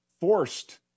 forced